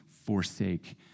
forsake